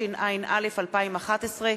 התשע"א 2011,